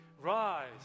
Rise